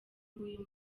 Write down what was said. b’uyu